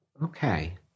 Okay